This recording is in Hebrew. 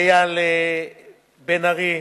לאייל לב-ארי,